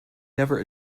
never